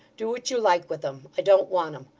do what you like with em. i don't want em.